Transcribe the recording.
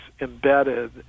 embedded